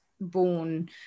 born